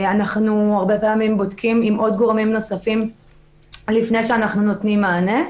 הרבה פעמים אנחנו בודקים עם עוד גורמים נוספים לפני שאנחנו נותנים מענה.